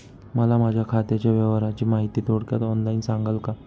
मला माझ्या खात्याच्या व्यवहाराची माहिती थोडक्यात ऑनलाईन सांगाल का?